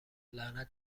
لعنت